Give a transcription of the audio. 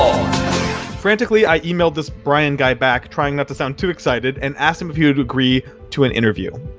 frantically, i emailed this brian guy back trying not to sound too excited and asked him if he would agree to an interview.